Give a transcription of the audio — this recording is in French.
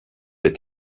est